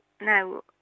no